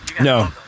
No